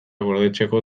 gordetzeko